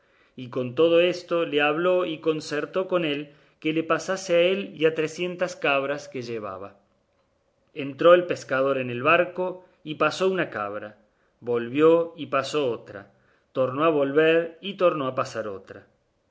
y con todo esto le habló y concertó con él que le pasase a él y a trecientas cabras que llevaba entró el pescador en el barco y pasó una cabra volvió y pasó otra tornó a volver y tornó a pasar otra